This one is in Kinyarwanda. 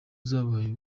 zabaye